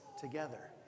together